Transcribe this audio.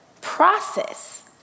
process